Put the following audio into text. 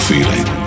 feeling